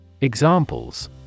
Examples